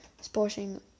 sporting